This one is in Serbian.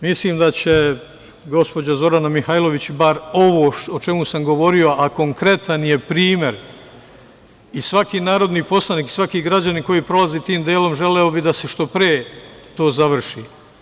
Mislim da će gospođa Zorana Mihajlović bar ovo o čemu sam govorio, a konkretan je primer i svaki narodni poslanik i svaki građanin koji prolazi tim delom želeo bi da se što pre to završi.